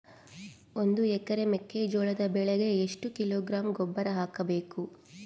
ಒಂದು ಎಕರೆ ಮೆಕ್ಕೆಜೋಳದ ಬೆಳೆಗೆ ಎಷ್ಟು ಕಿಲೋಗ್ರಾಂ ಗೊಬ್ಬರ ಹಾಕಬೇಕು?